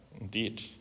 indeed